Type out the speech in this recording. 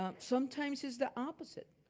ah sometimes it's the opposite.